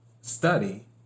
study